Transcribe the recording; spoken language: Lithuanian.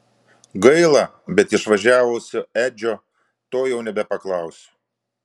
gaila bet išvažiavusio edžio to jau nebepaklausiu